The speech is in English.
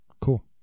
Cool